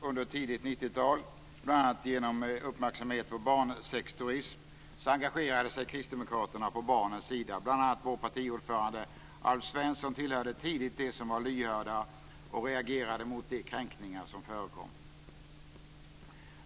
under tidigt 90-tal, bl.a. genom uppmärksamhet på barnsexturism, engagerade sig kristdemokraterna på barnens sida. Bl.a. tillhörde vår partiordförande Alf Svensson tidigt de som var lyhörda och reagerade mot de kränkningar som förekom.